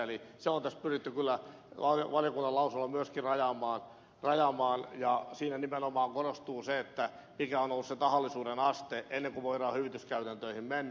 se on valiokunnan lausunnolla pyritty kyllä myöskin rajaamaan ja siinä nimenomaan korostuu se mikä on ollut se tahallisuuden aste ennen kuin voidaan hyvityskäytäntöihin mennä